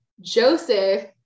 Joseph